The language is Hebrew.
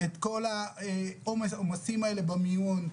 אני הייתי באירוע האלימות האחרון ב"לב השרון"